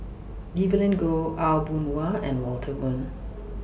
Evelyn Goh Aw Boon Haw and Walter Woon